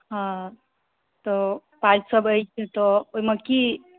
तऽ पाइ सभ अछि तऽ ओहिमे की